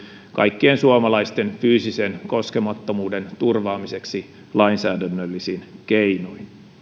kaikkien suomalaisten fyysisen koskemattomuuden turvaamiseksi lainsäädännöllisin keinoin